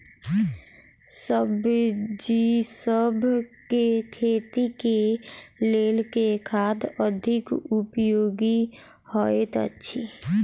सब्जीसभ केँ खेती केँ लेल केँ खाद अधिक उपयोगी हएत अछि?